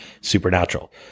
supernatural